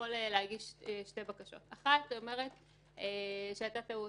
שתי בקשות: האחת אומרת שהייתה טעות.